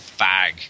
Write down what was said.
fag